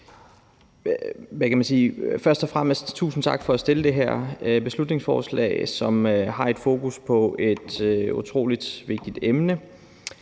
Først og fremmest vil jeg sige tusind tak for at have fremsat det her beslutningsforslag, som har fokus på et utrolig vigtigt emne.